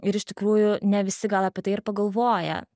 ir iš tikrųjų ne visi gal apie tai ir pagalvoja